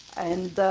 and